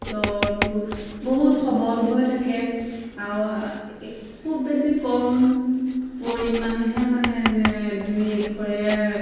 তৰটো বহুত সবল হৈ থাকে আৰু খুব বেছি কম পৰিমাণেহে মানে দুই এক ঘৰে